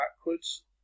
backwards